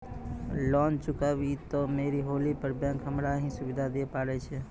Loan चुकब इ मे देरी होला पर बैंक हमरा की सुविधा दिये पारे छै?